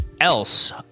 else